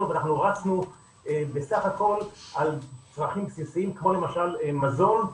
ואנחנו רצנו בסך הכל על צרכים בסיסיים כמו למשל מזון,